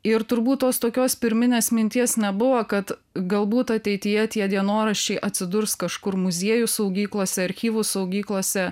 ir turbūt tos tokios pirminės minties nebuvo kad galbūt ateityje tie dienoraščiai atsidurs kažkur muziejų saugyklose archyvų saugyklose